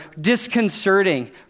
disconcerting